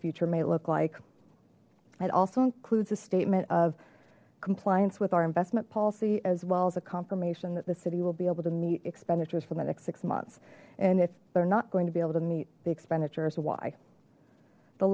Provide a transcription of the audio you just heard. future may look like it also includes a statement of compliance with our investment policy as well as a confirmation that the city will be able to meet expenditures for the next six months and if they're not going to be able to meet the expenditures why the